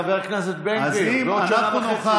חבר הכנסת בן גביר, בעוד שנה וחצי.